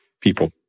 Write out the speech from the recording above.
people